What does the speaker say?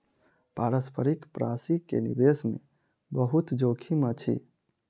पारस्परिक प्राशि के निवेश मे बहुत जोखिम अछि